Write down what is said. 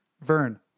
Vern